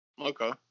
Okay